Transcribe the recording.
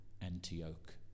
Antioch